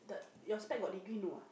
your spec got degree no ah